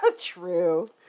True